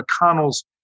McConnell's